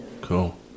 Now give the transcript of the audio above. Cool